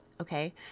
Okay